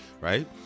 right